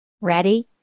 Ready